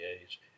age